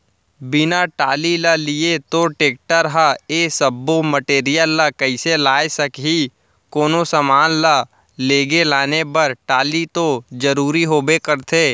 बिना टाली ल लिये तोर टेक्टर ह ए सब्बो मटेरियल ल कइसे लाय सकही, कोनो समान ल लेगे लाने बर टाली तो जरुरी होबे करथे